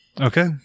Okay